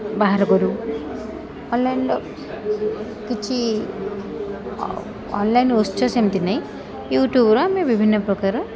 ବାହାର କରୁ ଅନ୍ଲାଇନ୍ର କିଛି ଅନ୍ଲାଇନ୍ ଉତ୍ସ ସେମିତି ନାହିଁ ୟୁଟ୍ୟୁବ୍ର ଆମେ ବିଭିନ୍ନପ୍ରକାର